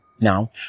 now